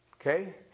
Okay